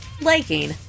liking